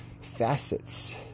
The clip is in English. facets